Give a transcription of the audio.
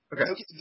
Okay